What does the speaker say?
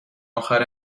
اخر